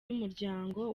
y’umuryango